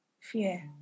Fear